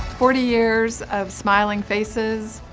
forty years of smiling faces,